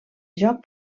joc